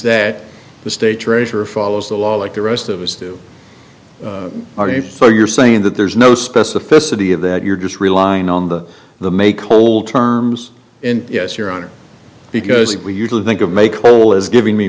that the state treasurer follows the law like the rest of us do our need for you're saying that there's no specificity of that you're just relying on the the make whole terms and yes your honor because we usually think of make coal as giving me